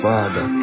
Father